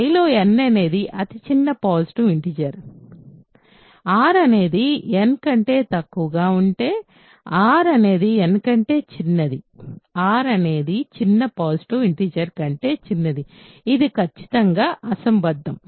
I లో n అనేది అతిచిన్న పాజిటివ్ ఇంటిజర్ r అనేది n కంటే తక్కువగా ఉంటే r అనేది n కంటే చిన్నది r అనేది చిన్న పాజిటివ్ ఇంటిజర్ కంటే చిన్నది ఇది ఖచ్చితంగా అసంబద్ధం